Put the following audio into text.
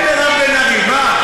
כן, מירב בן ארי, מה?